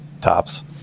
tops